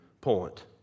point